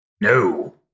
no